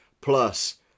plus